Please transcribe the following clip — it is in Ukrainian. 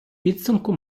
підсумку